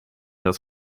dat